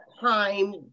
time